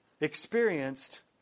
experienced